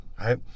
right